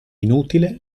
inutile